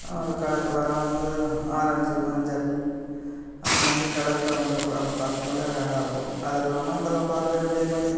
அது கலர் கலராக வந்து ஆரஞ்சு மஞ்சள் அந்தமாதிரி கலரில் வந்து உக்காரத பார்க்கும்போதே அழகாக இருக்கும் அதெல்லாமும் இப்பெல்லாம் பார்க்கவே முடிய மாட்டேங்குது